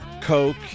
Coke